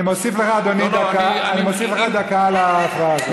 אני מוסיף לך, אדוני, דקה על ההפרעה הזאת.